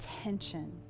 attention